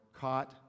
caught